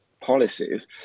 policies